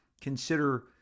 consider